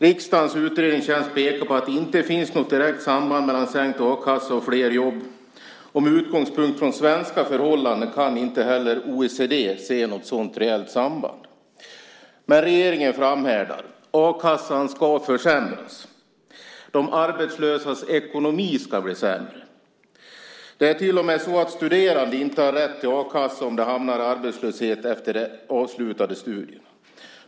Riksdagens utredningstjänst pekar på att det inte finns något direkt samband mellan sänkt a-kassa och flera jobb, och med utgångspunkt i svenska förhållanden kan inte heller OECD se något sådant reellt samband. Men regeringen framhärdar. A-kassan ska försämras. De arbetslösas ekonomi ska bli sämre. Det är till och med så att studerande inte har rätt till a-kassa om de hamnar i arbetslöshet efter avslutade studier.